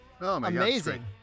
amazing